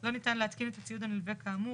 לא ניתן להתקין את הציוד הנלווה כאמור,